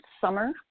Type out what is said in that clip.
summer